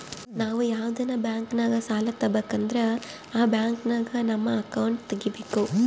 ನಾವು ಯಾವ್ದನ ಬ್ಯಾಂಕಿನಾಗ ಸಾಲ ತಾಬಕಂದ್ರ ಆ ಬ್ಯಾಂಕಿನಾಗ ನಮ್ ಅಕೌಂಟ್ ತಗಿಬಕು